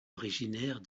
originaire